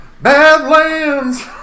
Badlands